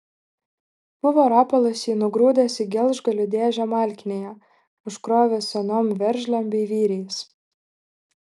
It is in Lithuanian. buvo rapolas jį nugrūdęs į gelžgalių dėžę malkinėje užkrovęs senom veržlėm bei vyriais